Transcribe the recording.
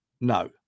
no